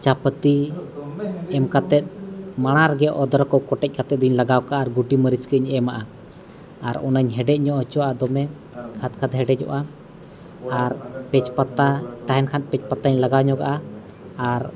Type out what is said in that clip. ᱪᱟ ᱯᱟᱛᱤ ᱮᱢ ᱠᱟᱛᱮᱫ ᱢᱟᱲᱟᱝ ᱨᱮᱜᱮ ᱚᱫᱨᱚᱠ ᱠᱚ ᱠᱚᱴᱮᱡ ᱠᱟᱛᱮᱫ ᱫᱚᱧ ᱞᱟᱜᱟᱣ ᱠᱟᱜᱼᱟ ᱟᱨ ᱜᱩᱴᱤ ᱢᱟᱹᱨᱤᱪᱠᱚᱧ ᱮᱢᱟᱜᱼᱟ ᱟᱨ ᱚᱱᱟᱧ ᱦᱮᱱᱰᱮᱡ ᱧᱚᱜ ᱦᱚᱪᱚᱣᱟᱜᱼᱟ ᱫᱚᱢᱮ ᱠᱷᱟᱫᱽᱼᱠᱷᱟᱫᱽ ᱦᱮᱰᱮᱡᱚᱜᱼᱟ ᱟᱨ ᱛᱮᱡᱽ ᱯᱟᱛᱟ ᱛᱟᱦᱮᱱ ᱠᱷᱟᱱ ᱛᱮᱡᱽ ᱯᱟᱛᱟᱧ ᱞᱟᱜᱟᱣ ᱧᱚᱜᱼᱟ ᱟᱨ